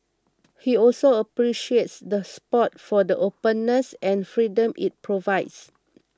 he also appreciates the spot for the openness and freedom it provides